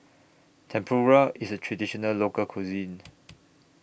Tempura IS A Traditional Local Cuisine